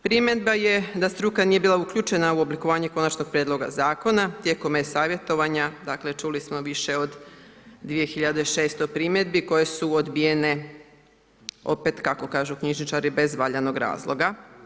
Primjedba je da struka nije bila uključena u oblikovanje konačnog prijedloga zakona tijekom e-savjetovanja, dakle čuli smo više od 2600 primjedbi koje su odbijene opet kako kažu knjižničari, bez valjanog razloga.